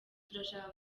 turashaka